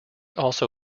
also